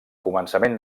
començament